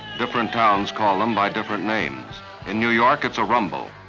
different towns call them by different names in new york, it's a rumble.